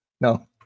No